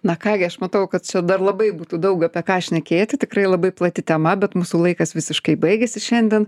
na ką gi aš matau kad čia dar labai būtų daug apie ką šnekėti tikrai labai plati tema bet mūsų laikas visiškai baigėsi šiandien